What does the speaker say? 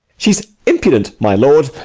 she's impudent, my lord,